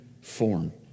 form